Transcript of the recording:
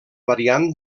variant